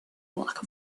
lack